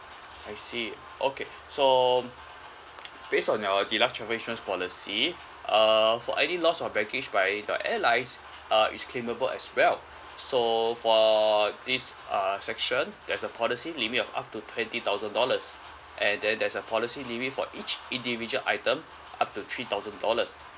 I see okay so based on your deluxe travel insurance policy uh for any loss of baggage by your airlines uh is claimable as well so for this uh section there's a policy limit of up to twenty thousand dollars and then there's a policy limit for each individual item up to three thousand dollars